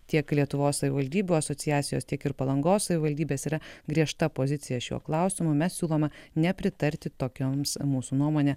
tiek lietuvos savivaldybių asociacijos tiek ir palangos savivaldybės yra griežta pozicija šiuo klausimu mes siūloma nepritarti tokioms mūsų nuomone